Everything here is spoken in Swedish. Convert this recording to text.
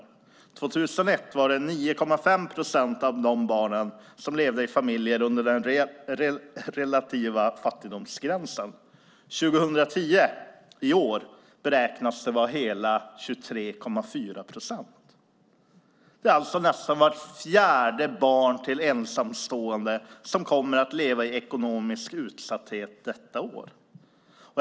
År 2001 var det 9,5 procent av de barnen som levde i familjer under den relativa fattigdomsgränsen. År 2010, i år, beräknas det vara hela 23,4 procent. Det alltså nästan vart fjärde barn till ensamstående som kommer att leva i ekonomisk utsatthet detta år.